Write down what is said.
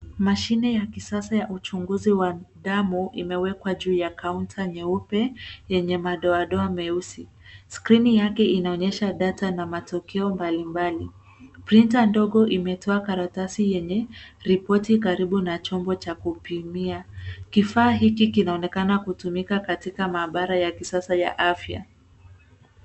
Mashine ya kisasa ya uchunguzi wa damu imewekwa juu ya kaunta nyeupe yenye madoadoa meusi. Skrini yake inaonyesha data na matokeo mbalimbali. Printa ndogo imetoa karatasi yenye ripoti ndogo na chombo cha kupimia. Kifaa hiki kinaonekana kutumika katika maabara ya kisasa ya afya.